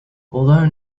although